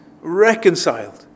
reconciled